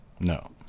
No